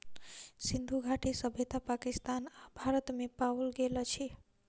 सिंधु घाटी सभ्यता पाकिस्तान आ भारत में पाओल गेल अछि